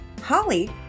Holly